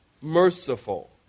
Merciful